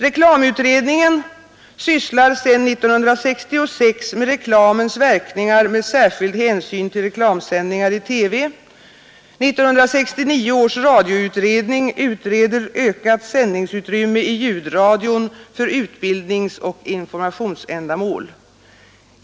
Reklamutredningen sysslar sedan 1966 med reklamens verkningar med särskild hänsyn till reklamsändningar i TV, 1969 års radioutredning utreder ökat sändningsutrymme i ljudradion för utbildningsoch informationsändamål.